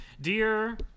Dear